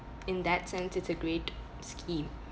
in that sense it's a great scheme